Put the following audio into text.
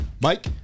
mike